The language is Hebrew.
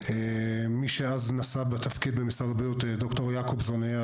מי שאז נשא בתפקיד במשרד הבריאות היה ד"ר איל יעקובסון.